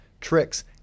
tricks